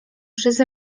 przez